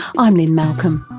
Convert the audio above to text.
i'm lynne malcolm,